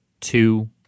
two